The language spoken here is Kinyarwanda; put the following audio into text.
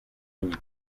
yiga